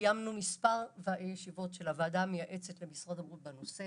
קיימנו כמה פעמים ישיבות של הוועדה המייעצת של משרד הבריאות בנושא